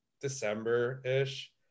December-ish